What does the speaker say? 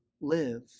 live